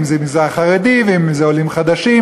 אם זה המגזר החרדי ואם זה עולים חדשים,